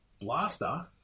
Blaster